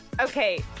Okay